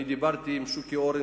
דיברתי עם שוקי אורן,